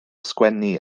sgwennu